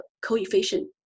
coefficient